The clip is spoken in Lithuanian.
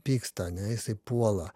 pyksta ane jisai puola